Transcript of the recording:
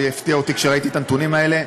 הפתיע אותי כשראיתי את הנתונים האלה.